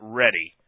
ready